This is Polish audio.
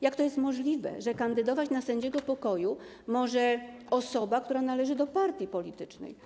Jak to jest możliwe, że kandydować na sędziego pokoju może osoba, która należy do partii politycznej?